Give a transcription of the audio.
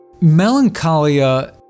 Melancholia